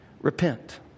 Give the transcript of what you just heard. repent